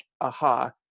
aha